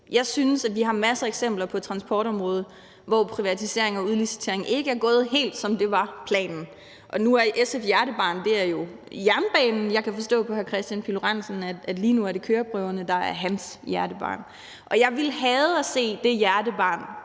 har masser af eksempler på, at privatisering og udlicitering ikke er gået helt, som det var planen. Nu er SF's hjertebarn jo jernbanen. Jeg kan forstå på hr. Kristian Pihl Lorentzen, at det lige nu er køreprøverne, der er hans hjertebarn, og jeg ville hade at se det hjertebarn